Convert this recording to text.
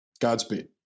Godspeed